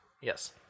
Yes